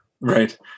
right